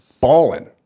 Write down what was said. balling